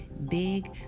big